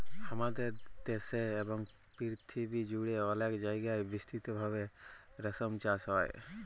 হামাদের দ্যাশে এবং পরথিবী জুড়ে অলেক জায়গায় বিস্তৃত ভাবে রেশম চাস হ্যয়